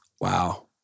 Wow